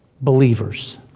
believers